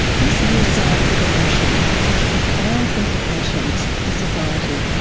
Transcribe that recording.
this new science of emotion has profound implications for society.